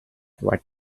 what